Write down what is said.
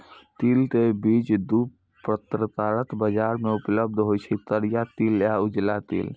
तिल के बीज दू प्रकारक बाजार मे उपलब्ध होइ छै, करिया तिल आ उजरा तिल